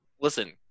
Listen